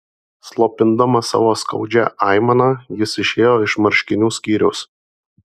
slopindamas savo skaudžią aimaną jis išėjo iš marškinių skyriaus